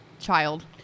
child